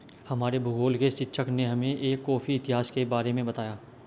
हमारे भूगोल के शिक्षक ने हमें एक कॉफी इतिहास के बारे में बताया